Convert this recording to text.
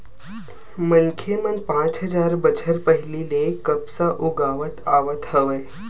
मनखे मन पाँच हजार बछर पहिली ले कपसा उगावत आवत हवय